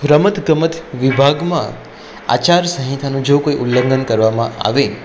રમત ગમત વિભાગમાં આચાર સંહિતાનો જો કોઈ ઉલ્લંઘન કરવામાં આવે